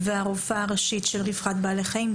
אגף רווחת בעלי החיים.